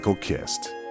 kissed